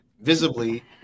visibly